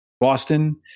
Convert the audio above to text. Boston